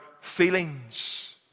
feelings